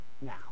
now